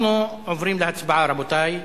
אנחנו עוברים להצבעה, רבותי.